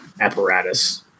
apparatus